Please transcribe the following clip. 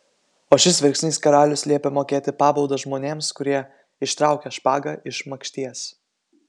o šis verksnys karalius liepia mokėti pabaudą žmonėms kurie ištraukia špagą iš makšties